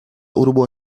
urbo